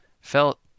felt